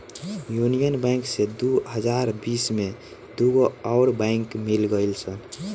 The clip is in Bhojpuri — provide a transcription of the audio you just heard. यूनिअन बैंक से दू हज़ार बिस में दूगो अउर बैंक मिल गईल सन